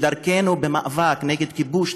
כי דרכנו במאבק נגד כיבוש,